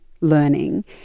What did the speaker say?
learning